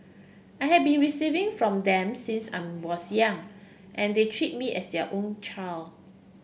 I have been receiving from them since I was young and they treat me as their own child